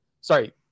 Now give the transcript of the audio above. sorry